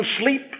sleep